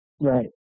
Right